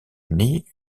nid